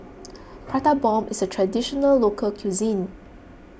Prata Bomb is a Traditional Local Cuisine